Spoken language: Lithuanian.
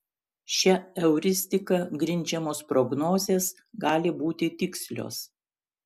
šia euristika grindžiamos prognozės gali būti tikslios